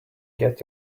get